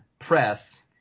press